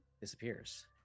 disappears